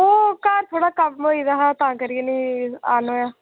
ओह् घर थोह्ड़ा कम्म होई गेदा हा तां करिये नी औन होआ